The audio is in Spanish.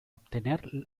obtener